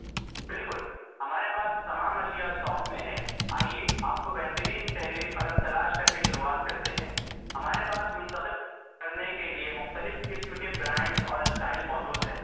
بالکل ہمارے پاس تو تمام اشیاء اسٹاک میں ہے آئیے آپ کو بہترین تحریری قلم تلاش کر کے شروعات کرتے ہیں ہمارے پاس منتخب پڑھنے کے لئے مختلف قسم کے برانڈ اور اسٹائل موجود ہیں